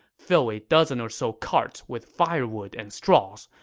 fill a dozen or so carts with firewood and straws.